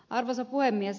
arvoisa puhemies